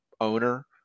owner